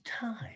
time